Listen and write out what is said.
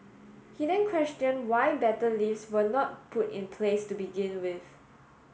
he then questioned why better lifts were not put in place to begin with